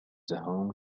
home